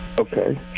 Okay